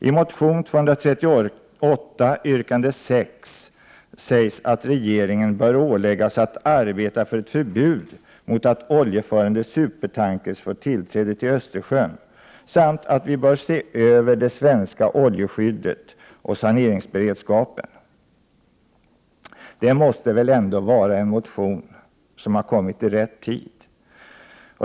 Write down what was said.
I motion T238 yrkande 6 sägs att regeringen bör åläggas att arbeta för ett förbud mot att oljeförande supertankers får tillträde till Östersjön, samt att vi bör se över det svenska oljeskyddet och saneringsberedskapen. Detta måste väl ändå vara en motion i rättan tid!